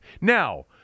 Now